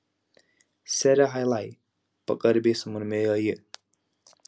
sere hailai pagarbiai sumurmėjo ji